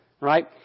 right